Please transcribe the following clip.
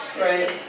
right